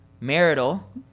marital